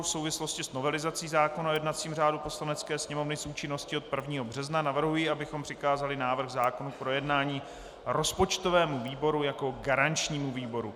V souvislosti s novelizací zákona o jednacím řádu Poslanecké sněmovny s účinností od 1. března navrhuji, abychom přikázali návrh zákona k projednání rozpočtovému výboru jako garančnímu výboru.